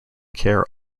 care